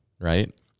right